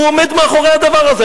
הוא עומד מאחורי הדבר הזה.